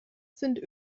sind